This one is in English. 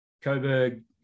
Coburg